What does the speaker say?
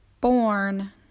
born